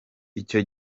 icyo